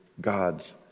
God's